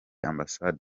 ambassador’s